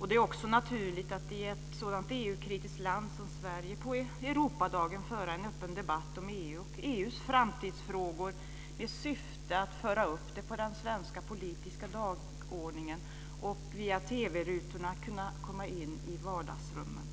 och det är också naturligt att i ett sådant EU-kritiskt land som Sverige på Europadagen föra en öppen debatt om EU och EU:s framtidsfrågor med syfte att föra upp dem på den svenska politiska dagordningen och via TV-rutorna komma in i vardagsrummen.